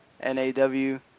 N-A-W